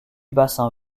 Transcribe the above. bassin